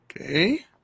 Okay